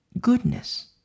goodness